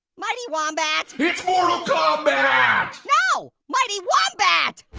mighty wombat. it's mortal kombat. no, mighty wombat.